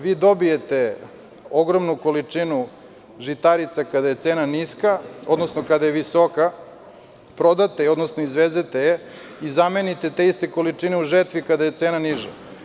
Vi dobijete ogromnu količinu žitarica kada je cena visoka, prodate je, odnosno izvezete je i zamenite te iste količine u žetvi kada je cena niža.